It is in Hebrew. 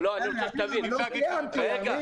אמיר, לא סיימתי.